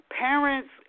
parents